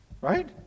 Right